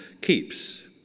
keeps